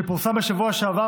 שפורסם בשבוע שעבר,